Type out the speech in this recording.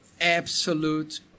absolute